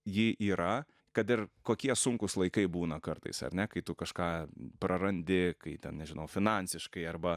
ji yra kad ir kokie sunkūs laikai būna kartais ar ne kai tu kažką prarandi kai ten nežinau finansiškai arba